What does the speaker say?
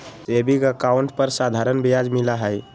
saving account पर साधारण ब्याज मिला हई